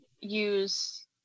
use